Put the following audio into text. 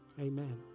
Amen